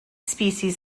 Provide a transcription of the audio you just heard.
species